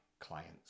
clients